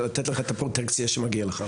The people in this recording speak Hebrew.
לתת לך את הפרוטקציה שמגיעה לך.